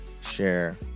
share